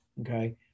Okay